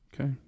Okay